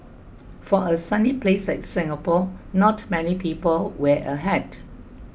for a sunny place like Singapore not many people wear a hat